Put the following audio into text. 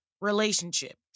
Relationship